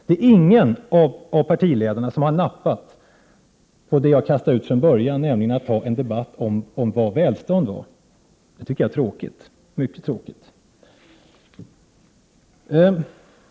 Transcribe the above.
Det är ingen av partiledarna som har nappat på mitt förslag om att ha en debatt om vad välstånd är. Det tycker jag är mycket tråkigt.